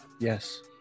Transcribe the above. yes